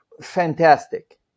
fantastic